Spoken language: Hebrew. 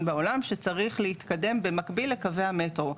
בעולם שצריך להתקדם במקביל לקווי המטרו,